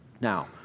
Now